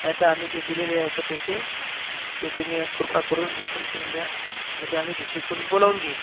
नाहीतर आम्ही जे दिलेले आहे ते पैसे ते तुम्ही कृपा करून रिफंड करून द्या म्हणजे आम्ही दुसरीकडून बोलावून घेईन